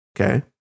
Okay